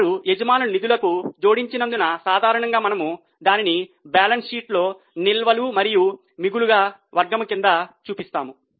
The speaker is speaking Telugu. వారు యజమానుల నిధులకు జోడించినందున సాధారణంగా మనము దానిని బ్యాలెన్స్ షీట్లో నిల్వలు మరియు మిగులుగా వర్గం క్రింద చూపిస్తాము